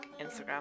instagram